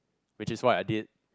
which is what I did